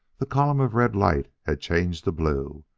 the column of red light had changed to blue,